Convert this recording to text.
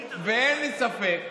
בתדמית הדמוקרטיה.